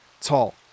tall